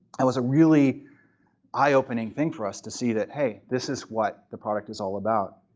it was a really eye opening thing for us to see that, hey, this is what the product is all about.